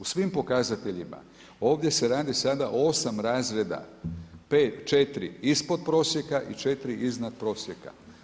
U svim pokazateljima, ovdje se radi sada o 8 razreda, 5, 4, ispod prosjeka i 4 iznad prosjeka.